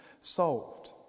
solved